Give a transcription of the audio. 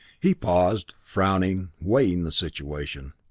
he paused, frowning, weighing the situation.